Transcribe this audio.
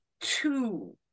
two